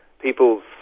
people